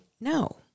no